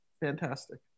fantastic